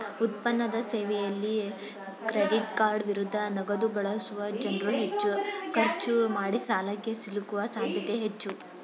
ಉತ್ಪನ್ನದ ಸೇವೆಯಲ್ಲಿ ಕ್ರೆಡಿಟ್ಕಾರ್ಡ್ ವಿರುದ್ಧ ನಗದುಬಳಸುವ ಜನ್ರುಹೆಚ್ಚು ಖರ್ಚು ಮಾಡಿಸಾಲಕ್ಕೆ ಸಿಲುಕುವ ಸಾಧ್ಯತೆ ಹೆಚ್ಚು